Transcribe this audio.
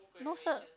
no cert